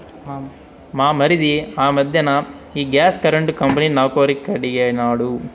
మా మరిది ఆ మధ్దెన ఈ గ్యాస్ కరెంటు కంపెనీ నౌకరీ కడిగినాడు